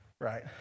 Right